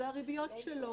והריביות שלו